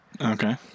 okay